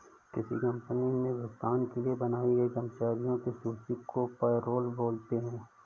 किसी कंपनी मे भुगतान के लिए बनाई गई कर्मचारियों की सूची को पैरोल बोलते हैं